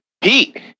Pete